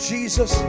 Jesus